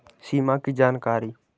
सिमा कि जानकारी?